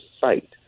site